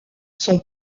son